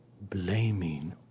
blaming